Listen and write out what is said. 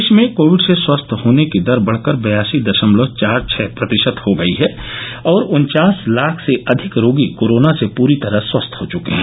देश में कोविड से स्वस्थ होने की दर बढ़कर बयासी दशमलव चार छह प्रतिशत हो गई है और उन्वास लाख से अधिक रोगी कोरोना से पूरी तरह स्वस्थ हो चुके हैं